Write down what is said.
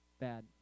bad